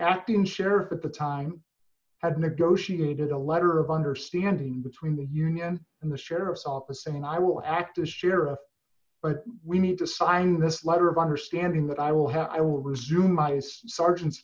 acting sheriff at the time had negotiated a letter of understanding between the union and the sheriff's office and i will act as sheriff but we need to sign this letter of understanding that i will